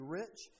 rich